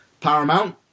Paramount